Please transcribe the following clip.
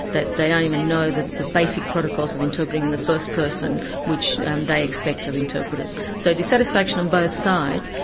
that they don't even know the the basic protocols of interpreting in the first person which they expect of interpreters. so, dissatisfaction on both sides,